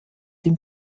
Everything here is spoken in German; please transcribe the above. dem